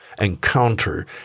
encounter